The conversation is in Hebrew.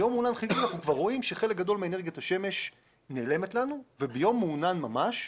אנחנו כבר רואים שחלק גדול מאנרגיית השמש נעלמת לנו וביום מעונן ממש,